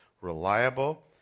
reliable